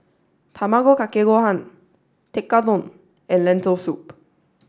Tamago Kake Gohan Tekkadon and Lentil Soup